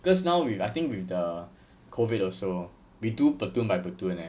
because now with I think with the COVID also we do platoon by platoon eh